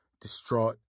distraught